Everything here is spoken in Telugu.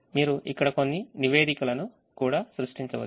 మీరు ఇక్కడ కొన్ని నివేదికలను కూడా సృష్టించవచ్చు